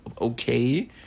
okay